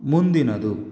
ಮುಂದಿನದು